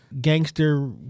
gangster